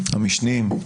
המשנים.